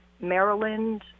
Maryland